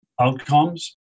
outcomes